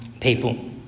people